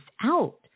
out